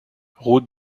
route